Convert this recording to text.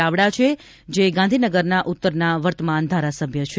ચાવડા છે જે ગાંધીનગર ઉતરના વર્તમાન ધારાસભ્ય પણ છે